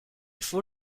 faut